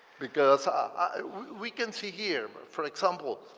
because ah we can see here, but for example,